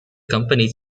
company